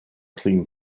clean